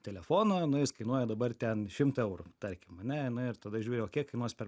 telefono nu jis kainuoja dabar ten šimtą eurų tarkim ane na ir tada žiūri o kiek kainuos per